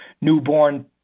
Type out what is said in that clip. newborn